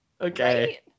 Okay